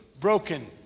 broken